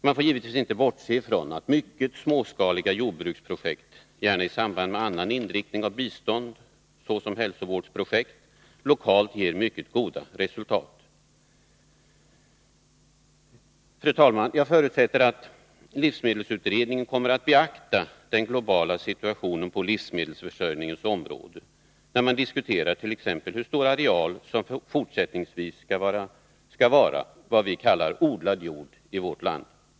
Man får givetvis inte bortse ifrån att mycket småskaliga jordbruksprojekt— gärna i samband med annan inriktning av bistånd, såsom hälsovårdsprojekt — lokalt ger mycket goda resultat. Fru talman! Jag förutsätter att livsmedelsutredningen kommer att betrakta den globala situationen på livsmedelsförsörjningens område, när man diskuterar tt.ex. hur stora arealer som fortsättningsvis skall vara vad vi kallar odlad jord i vårt land.